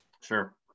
Sure